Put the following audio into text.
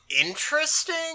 interesting